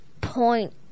point